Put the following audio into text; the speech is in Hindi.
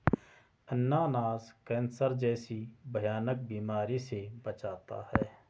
अनानास कैंसर जैसी भयानक बीमारी से बचाता है